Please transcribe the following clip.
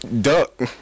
Duck